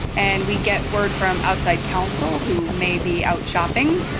and we get word from outside counsel who may be out shopping.